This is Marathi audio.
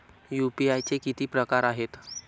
यू.पी.आय चे किती प्रकार आहेत?